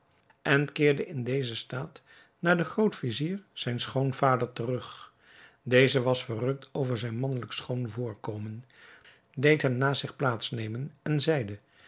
en keerde in dezen staat naar den groot-vizier zijn schoonvader terug deze was verrukt over zijn mannelijk schoon voorkomen deed hem naast zich plaats nemen en zeide